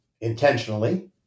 intentionally